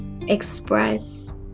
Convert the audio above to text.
Express